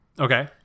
Okay